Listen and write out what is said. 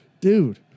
Dude